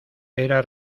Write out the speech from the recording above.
era